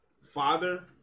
father